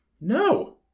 No